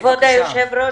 כבוד היושב-ראש.